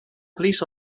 police